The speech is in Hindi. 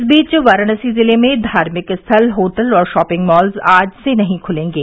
इस बीच वाराणसी जिले में धार्मिक स्थल होटल और शॉपिंग मॉल आज से नहीं खुलेंगे